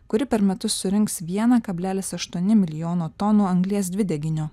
kuri per metus surinks vieną kablelis aštuoni milijono tonų anglies dvideginio